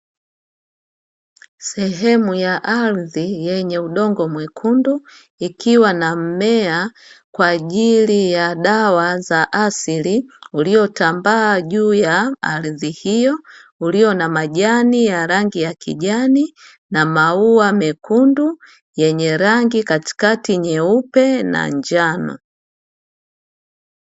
Sehemu ya ardhi yenye udongo mwekundu ikiwa na mmea kwa ajili ya dawa za asili uliotambaa juu ya ardhi hiyo, ulio na majani ya rangi ya kijani na maua mekundu yenye rangi katikati nyeupe na njano.